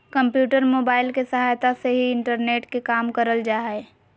computer, mobile के सहायता से ही इंटरनेट के काम करल जा हय